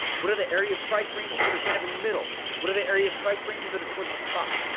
what are the area of price ranges that are kinda kind of in the middle? what are the area of price ranges that are towards the top?